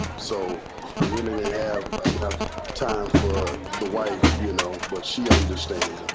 so i really didn't have enough time for the wives. you know what she understands?